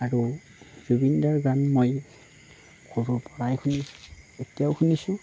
আৰু জুবিনদাৰ গান মই সৰুৰপৰাই শুনিছোঁ এতিয়াও শুনিছোঁ